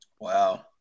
Wow